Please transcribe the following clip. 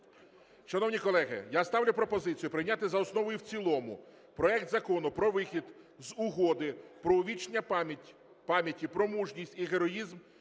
Шановні колеги, я ставлю пропозицію прийняти за основу і в цілому про вихід з Угоди про увічнення пам'яті про мужність і героїзм